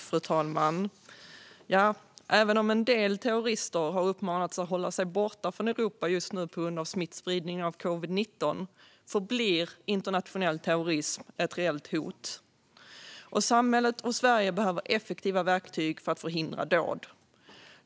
Fru talman! Även om en del terrorister har uppmanats att hålla sig borta från Europa just nu på grund av smittspridning av covid-19 förblir internationell terrorism ett reellt hot. Samhället och Sverige behöver effektiva verktyg för att förhindra dåd.